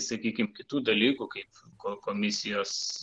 sakykim kitų dalykų kaip ko komisijos